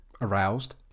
Aroused